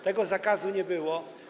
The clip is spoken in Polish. Tego zakazu nie było.